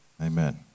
Amen